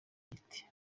giti